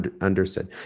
Understood